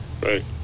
Right